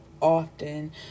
often